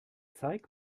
zeig